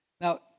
Now